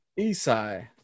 Isai